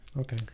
okay